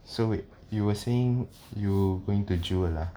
so wait you were saying you going to jewel ah